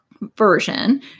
version